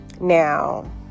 now